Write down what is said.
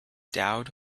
dowd